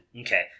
Okay